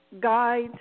Guide